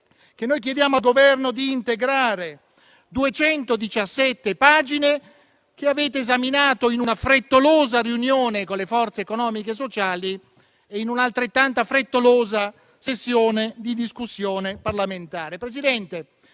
che noi chiediamo al Governo di integrare. Duecentodiciassette pagine che avete esaminato in una frettolosa riunione con le forze economiche e sociali, in una altrettanto frettolosa sessione di discussione parlamentare. Presidente,